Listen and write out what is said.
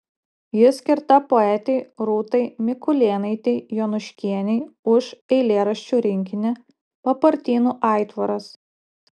ji skirta poetei rūtai mikulėnaitei jonuškienei už eilėraščių rinkinį papartynų aitvaras